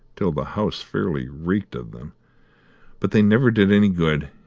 till the house fairly reeked of them but they never did any good,